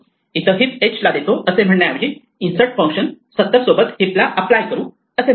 इथे heap h ला देतो असे म्हणण्याऐवजी इन्सर्ट फंक्शन 70 सोबत हीपला अप्लाय करू असे म्हणूया